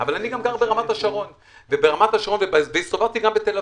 אבל אני גר ברמת-השרון והסתובבתי גם בתל-אביב.